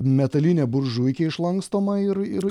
metalinė buržuikė išlankstoma ir ir